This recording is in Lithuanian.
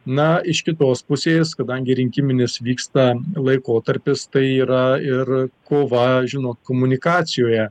na iš kitos pusės kadangi rinkiminis vyksta laikotarpis tai yra ir kova žinot komunikacijoje